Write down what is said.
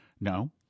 No